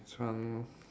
this one